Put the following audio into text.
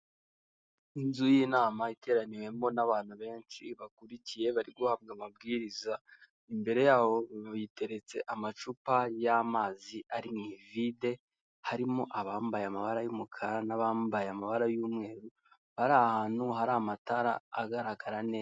Inzu y'inama iteraniwemo n'abantu benshi bakurikiye bari guhabwa amabwiriza. Imbere yabo biteretse amacupa y'amazi ari mw'ivide, harimo abambaye amabara yumukara, n'abambaye amabara y'umweru bari ahantu hari amatara agaragara neza.